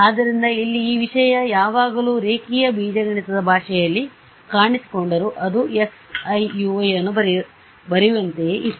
ಆದ್ದರಿಂದ ಇಲ್ಲಿ ಈ ವಿಷಯ ಯಾವಾಗಲೂ ರೇಖೀಯ ಬೀಜಗಣಿತದ ಭಾಷೆಯಲ್ಲಿ ಕಾಣಿಸಿಕೊಂಡರು ಅದು xiui ಅನ್ನು ಬರೆಯುವಂತೆಯೇ ಇತ್ತು